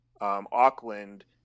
Auckland